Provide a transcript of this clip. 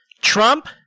Trump